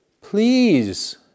please